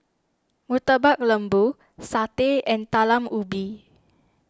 Murtabak Lembu Satay and Talam Ubi